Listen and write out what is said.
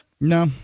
no